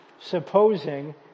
supposing